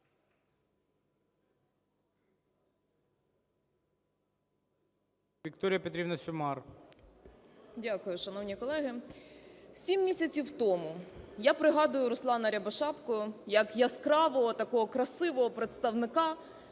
Дякую, шановні колеги. Сім місяців тому я пригадую Руслана Рябошапку як яскравого, такого красивого представника